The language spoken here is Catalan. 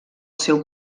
seu